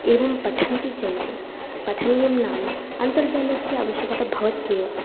एवं पठन्ति चेत् पठनीयं नाम अन्तर्जालस्य आवश्यकता भवत्येव